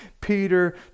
Peter